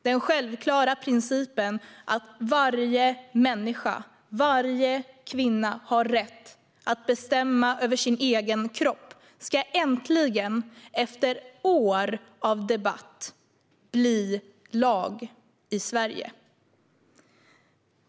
Den självklara principen att varje människa, varje kvinna, har rätt att bestämma över sin egen kropp ska äntligen, efter år av debatt, bli lag i Sverige.